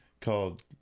called